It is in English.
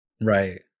Right